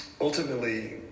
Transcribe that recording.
ultimately